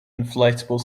inflatable